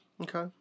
Okay